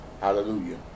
Hallelujah